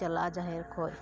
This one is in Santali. ᱪᱟᱞᱟᱜᱼᱟ ᱡᱟᱦᱮᱨ ᱠᱷᱚᱡ